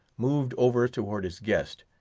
moved over towards his guest,